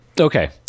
okay